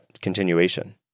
continuation